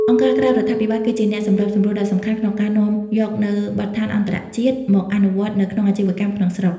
អង្គការក្រៅរដ្ឋាភិបាលគឺជាអ្នកសម្របសម្រួលដ៏សំខាន់ក្នុងការនាំយកនូវ "បទដ្ឋានអន្តរជាតិ" មកអនុវត្តនៅក្នុងអាជីវកម្មក្នុងស្រុក។